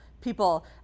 People